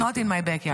Not in my backyard.